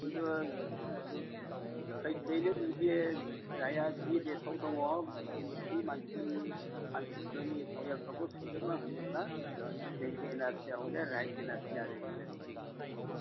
खिन्थु जुदि सैथोयैनो जुदि जायहा जि देशआव दङ बे मानसिनि मानसिफोरनि फरियालफोरखौ सोजोबना होयोब्ला बे एनआरसिया हले राइट एन आर सि आरो रियेल